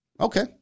Okay